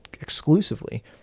exclusively